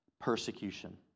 persecution